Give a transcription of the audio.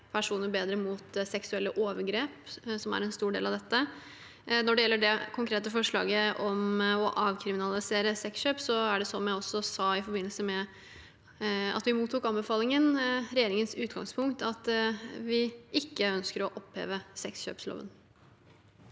personer bedre mot seksuelle overgrep, som er en stor del av dette. Når det gjelder det konkrete forslaget om å avkriminalisere sexkjøp, er det, som jeg også sa i forbindelse med at vi mottok anbefalingen, regjeringens utgangspunkt at vi ikke ønsker å oppheve sexkjøpsloven.